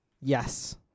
Yes